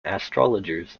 astrologers